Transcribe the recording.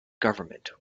government